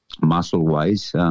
muscle-wise